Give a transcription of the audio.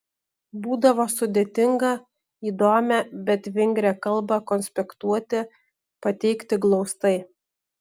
būdavo sudėtinga įdomią bet vingrią kalbą konspektuoti pateikti glaustai